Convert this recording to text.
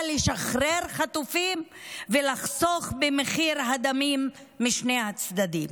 לשחרר חטופים ולחסוך במחיר הדמים משני הצדדים.